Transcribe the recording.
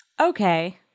Okay